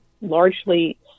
largely